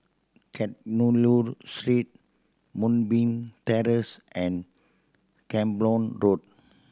Kadayanallur Street Moonbeam Terrace and Camborne Road